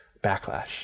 backlash